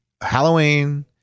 Halloween